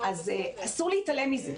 אסור להתעלם מזה.